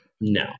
No